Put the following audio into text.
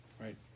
right